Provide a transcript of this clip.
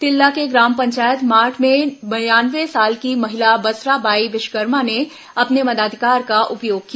तिल्दा के ग्राम पंचायत माठ में बयानवे साल की महिला बसरा बाई विश्वकर्मा ने अपने मताधिकार का उपयोग किया